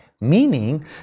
Meaning